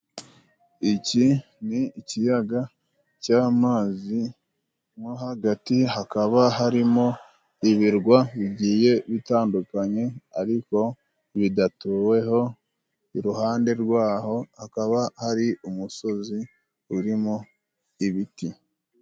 Iki ni ikiyaga cy'amazi, mo hagati hakaba harimo ibirwa bigiye bitandukanye ariko bidatuweho, iruhande rwaho hakaba hari umusozi urimo ibiti.